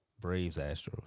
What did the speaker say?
Braves-Astros